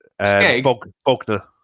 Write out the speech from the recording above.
bogner